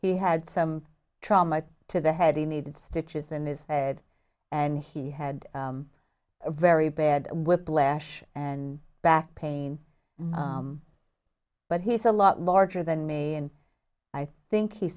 he had some trauma to the head he needed stitches in his head and he had a very bad whiplash and back pain but he's a lot larger than me and i think he